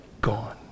Gone